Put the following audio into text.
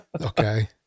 okay